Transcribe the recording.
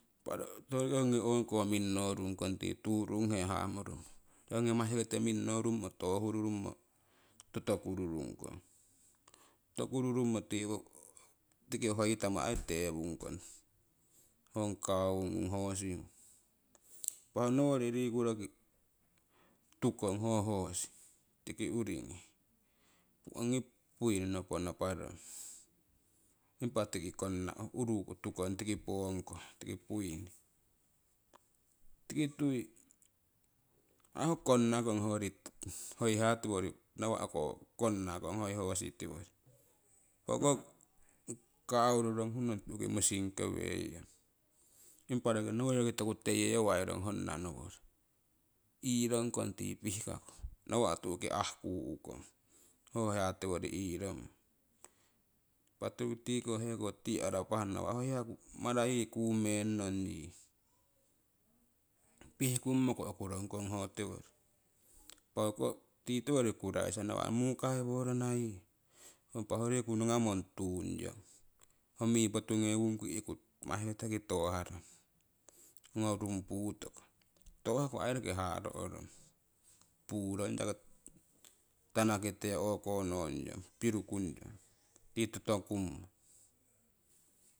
Impa rokii ongii oko minnorungkong tii turunghe hamorumo, roki ongi masikete mingnorummo toohururummo totokururunmo, totokururummo tii hoitamo aii teewungkong ho cow ngung hosi ngung. Impah ho nowori rikuu rokimanni tukong ho hosi tiki uriingi ongi buini nopo naparong, impa tiki konna tukong tiki poongkoh tiki buini. Tiki tui aii ho konnakong hoi ha tiwori nawa'ko konnakong ho hosi tiwori. Ho koh cow roronguhnong tu'ki musinke weiyong, impah roki nowori roki toku toyewairong honna nowori iirongkong tii pihkaku nawa' tuuki aahkuhhkong ho hia tiworii iirongmo impah tiko heko tii aarapahno ho mara yii kuumengrong yii pihkummoko okurongkong ho tiwori, tii tiwori kuraisa nawa' mukaiworana yii. Impa ho riku nungamong tuung yong ho mii potungewungku i'ku masiketeki tooharong ongo rung puutoko, toohaku aii roki haaro'rong puurong, tanakite o'ko ngong yong tii pirukungyong tii totokummo.